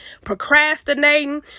procrastinating